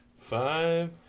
five